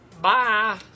Bye